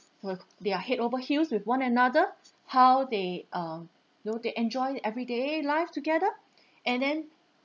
with they're head over heels with one another how they um you know they enjoy everyday life together and then